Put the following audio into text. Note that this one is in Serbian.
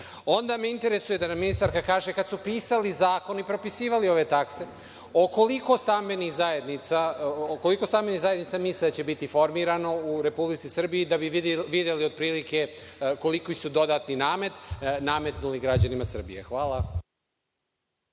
onda me interesuje da nam ministarka kaže, kada su pisali zakon i propisivali ove takse, koliko stambenih zajednica misle da će biti formirano u Republici Srbiji da bi videli od prilike koliki su dodatni namet nametnuli građanima Srbije? Hvala.